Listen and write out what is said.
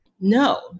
No